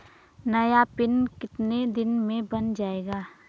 नया पिन कितने दिन में बन जायेगा?